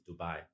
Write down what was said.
Dubai